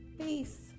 peace